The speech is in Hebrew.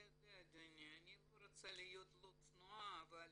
אדוני אני לא רוצה להיות לא צנועה, אבל